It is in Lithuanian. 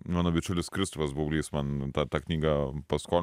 mano bičiulis kristupas baublys man tą knygą paskolino